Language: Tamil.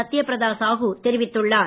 சத்யபிரதா சாஹு தெரிவித்துள்ளர்